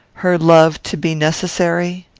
her love, to be necessary?